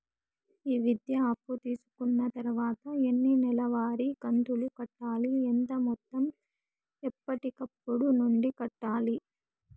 ఈ విద్యా అప్పు తీసుకున్న తర్వాత ఎన్ని నెలవారి కంతులు కట్టాలి? ఎంత మొత్తం ఎప్పటికప్పుడు నుండి కట్టాలి?